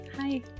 Hi